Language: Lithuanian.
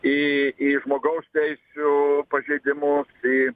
į į žmogaus teisių pažeidimus į